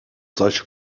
solche